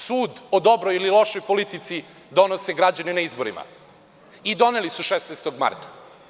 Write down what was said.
Sud o dobroj ili lošoj politici donose građani na izborima i doneli su 16. marta.